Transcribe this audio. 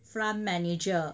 front manager